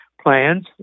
plans